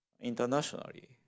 internationally